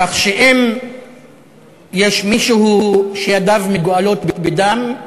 כך שאם יש מישהו שידיו מגואלות בדם,